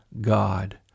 God